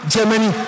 Germany